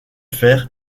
fer